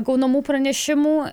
gaunamų pranešimų